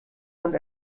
und